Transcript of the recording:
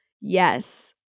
Yes